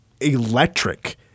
electric